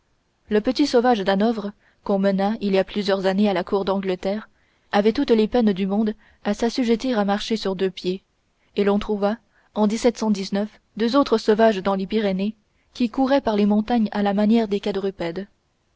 le petit sauvage d'hanovre qu'on mena il y a plusieurs années à la cour d'angleterre avait toutes les peines du monde à s'assujettir à marcher sur deux pieds et l'on trouva en deux autres sauvages dans les pyrénées qui couraient par les montagnes à la manière des quadrupèdes